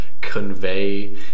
convey